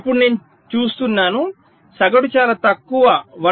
ఇప్పుడు నేను చూస్తున్నాను సగటు చాలా తక్కువ 1